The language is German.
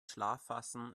schlafphasen